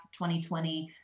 2020